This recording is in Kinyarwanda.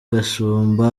gashumba